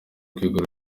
rwego